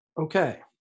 Okay